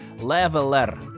Leveler